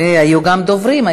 היו גם דוברים.